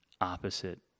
opposite